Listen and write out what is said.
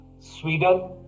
Sweden